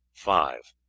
five.